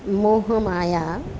મોહમાયા